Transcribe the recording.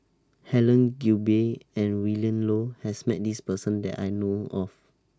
Helen Gilbey and Willin Low has Met This Person that I know of